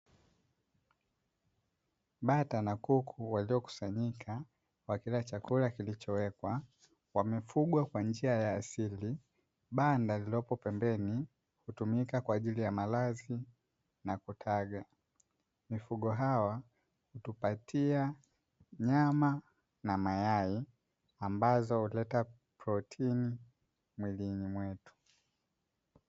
Bata na kuku waliokusanyika wanakula chakula kilichowekwa. Wanafugwa kwa njia ya asili. Banda lililopo pembeni hutumika kwa ajili ya malazi na kutaga. Mifugo hawa hutupatia nyama na mayai ambazo huleta protini mwilini mwetu.